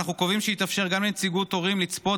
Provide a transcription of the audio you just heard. אנחנו קובעים שיתאפשר גם לנציגות הורים לצפות